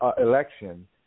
election